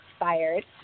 inspired